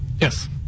Yes